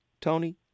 Tony